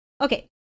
Okay